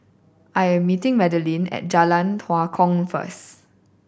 I am meeting Madeleine at Jalan Tua Kong first